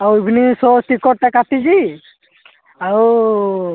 ଆଉ evening show ଟିକେଟଟା କାଟିଛି ଆଉ